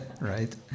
right